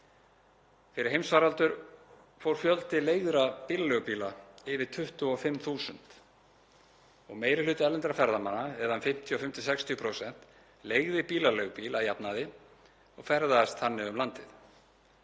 Fyrir heimsfaraldur fór fjöldi leigðra bílaleigubíla yfir 25 þúsund og meiri hluti erlendra ferðamanna, eða um 55–60%, leigði bílaleigubíl að jafnaði og ferðaðist þannig um landið.